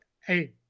Hey